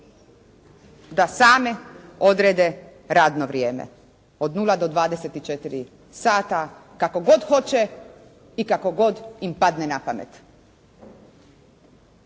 da same odredbe radno vrijeme od 0-24 sata kako god hoće i kako god im padne na pamet.